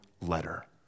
letter